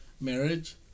marriage